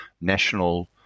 national